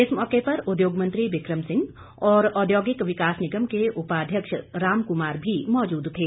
इस मौके पर उद्योग मंत्री बिक्रम सिंह और औद्योगिक विकास निगम के उपाध्यक्ष रामकुमार भी मौजूद थे